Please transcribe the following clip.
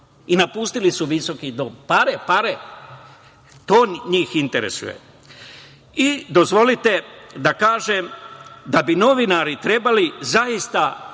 i napustili su visoki dom. Pare, pare. To njih interesuje. Dozvolite da kažem da bi novinari trebali zaista